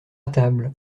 table